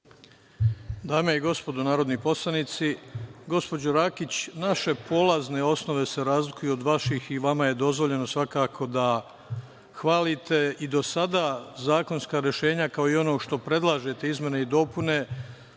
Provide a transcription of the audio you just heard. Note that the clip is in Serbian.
Dame i gospodo narodni poslanici, gospođo Rakić, naše polazne osnove se razlikuju od vaših i vama je dozvoljeno, svakako da hvalite i do sada zakonska rešenja, kao i ono što predlažete izmene i